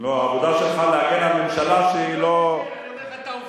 ברור שהבן-אדם פעל בתום